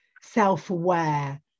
self-aware